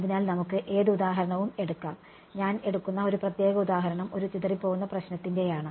അതിനാൽ നമുക്ക് ഏത് ഉദാഹരണവും എടുക്കാം ഞാൻ എടുക്കുന്ന ഒരു പ്രത്യേക ഉദാഹരണം ഒരു ചിതറിപോവുന്ന പ്രശ്നത്തിന്റെയാണ്